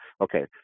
Okay